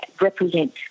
represent